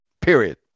period